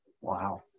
Wow